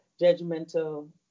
judgmental